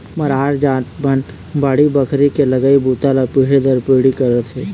मरार जात मन बाड़ी बखरी के लगई बूता ल पीढ़ी दर पीढ़ी करत हे